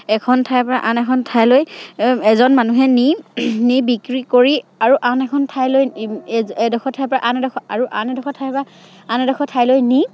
এখন ঠাইৰ পৰা আন এখন ঠাইলৈ এজন মানুহে নি নি বিক্ৰী কৰি আৰু আন এখন ঠাইলৈ এডখৰ ঠাইৰ আন এডখৰ আৰু আন এডখৰ ঠাই পৰা আন এডখৰ ঠাইলৈ নি